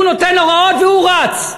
הוא נותן הוראות, והוא רץ.